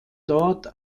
dort